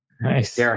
Nice